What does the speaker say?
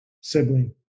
sibling